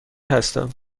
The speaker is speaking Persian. هستم